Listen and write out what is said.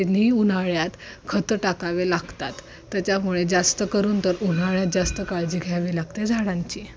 तिन्ही उन्हाळ्यात खत टाकावे लागतात त्याच्यामुळे जास्त करून तर उन्हाळ्यात जास्त काळजी घ्यावी लागते झाडांची